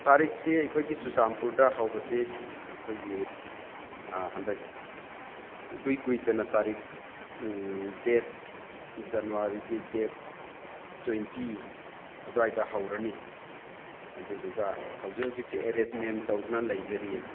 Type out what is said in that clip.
ꯇꯥꯔꯤꯛꯁꯦ ꯑꯩꯈꯣꯏꯒꯤ ꯆꯨꯔꯥꯆꯥꯟꯄꯨꯔꯗ ꯇꯧꯕꯁꯤ ꯑꯩꯈꯣꯏꯒꯤ ꯍꯟꯗꯛ ꯏꯀꯨꯏ ꯀꯨꯏꯗꯅ ꯇꯥꯔꯤꯛ ꯗꯦꯠ ꯖꯅꯋꯥꯔꯤꯒꯤ ꯗꯦꯠ ꯇ꯭ꯋꯦꯟꯇꯤ ꯑꯗꯨꯋꯥꯏꯗ ꯍꯧꯔꯅꯤ ꯑꯗꯨꯗꯨꯒ ꯍꯧꯖꯤꯛ ꯍꯧꯖꯤꯛꯁꯦ ꯑꯦꯔꯦꯟꯁꯃꯦꯟ ꯇꯧꯗꯅ ꯂꯩꯖꯔꯤꯌꯦ